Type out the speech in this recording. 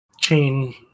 chain